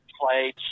played